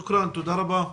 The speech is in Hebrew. תודה רבה נגה.